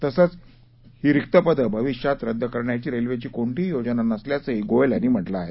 तसंच ही रिक्त पदे भविष्यात रद्द करण्याची रेल्वेची कोणतीही योजना नसल्याचंही गोयल यांनी म्हटलं आहे